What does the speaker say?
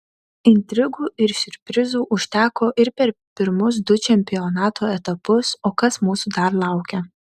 intrigų ir siurprizų užteko ir per pirmus du čempionato etapus o kas mūsų dar laukia